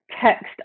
text